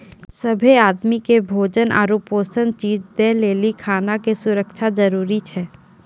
सभ्भे आदमी के भोजन आरु पोषक चीज दय लेली खाना के सुरक्षा जरूरी छै